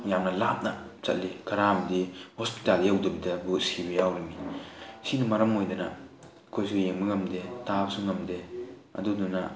ꯌꯥꯝꯅ ꯂꯥꯞꯅ ꯆꯠꯂꯤ ꯈꯔꯑꯃꯗꯤ ꯍꯣꯁꯄꯤꯇꯥꯜ ꯌꯧꯗꯕꯤꯗꯕꯨ ꯁꯤꯕ ꯌꯥꯎꯔꯤꯃꯤ ꯁꯤꯅ ꯃꯔꯝ ꯑꯣꯏꯗꯅ ꯑꯩꯈꯣꯏꯁꯨ ꯌꯦꯡꯕ ꯉꯝꯗꯦ ꯇꯥꯕꯁꯨ ꯉꯝꯗꯦ ꯑꯗꯨꯗꯨꯅ